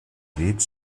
dits